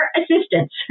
assistance